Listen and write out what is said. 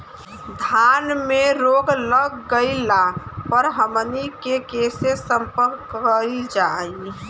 धान में रोग लग गईला पर हमनी के से संपर्क कईल जाई?